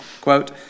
Quote